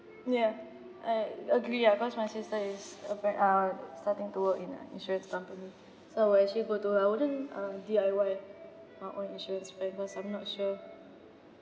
ya I agree ah cause my sister is appa~ uh starting to work in a insurance company so we'll actually go to her I wouldn't uh D_I_Y uh on insurance when first I'm not sure